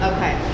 Okay